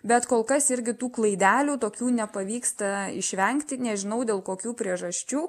bet kol kas irgi tų klaidelių tokių nepavyksta išvengti nežinau dėl kokių priežasčių